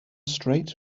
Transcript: straight